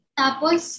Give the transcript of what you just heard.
tapos